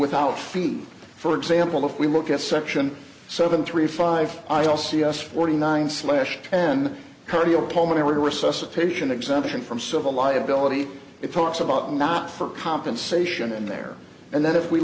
with our feet for example if we look at section seven three five i'll say yes forty nine slash ten cardiopulmonary resuscitation exemption from civil liability it talks about not for compensation in there and that if we